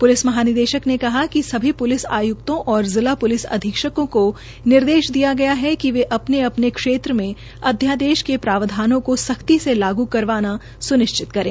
police महानिदेशक ने कहा कि सभी प्लिस आयुक्तों और जिला प्लिस अधीक्षकों को निर्देश दिया गया है कि वे अपने अपने क्षेत्र में अध्यादेश के प्रावधानों को सख्ती से लागू करवाना स्निश्चित करें